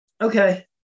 okay